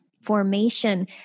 formation